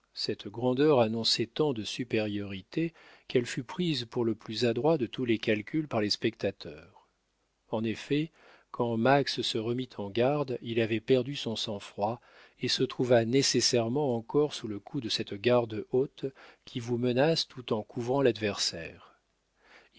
cette grandeur annonçait tant de supériorité qu'elle fut prise pour le plus adroit de tous les calculs par les spectateurs en effet quand max se remit en garde il avait perdu son sang-froid et se trouva nécessairement encore sous le coup de cette garde haute qui vous menace tout en couvrant l'adversaire